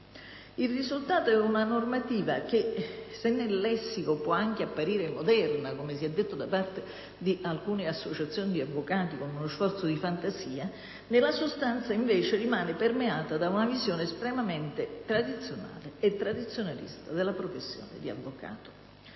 Il risultato è una normativa che, se nel lessico può anche apparire moderna, come si è detto da parte di alcune associazioni di avvocati, con uno sforzo di fantasia, nella sostanza invece rimane permeata da una visione estremamente tradizionale e tradizionalista della professione di avvocato.